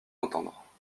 entendre